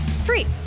Free